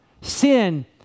Sin